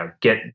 get